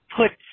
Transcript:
put